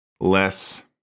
less